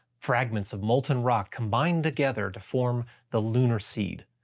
fragments of molten rock combined together to form the lunar seed.